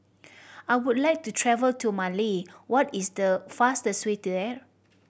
I would like to travel to Mali what is the fastest way there